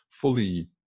fully